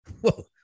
Whoa